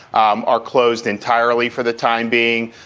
um are closed entirely for the time being.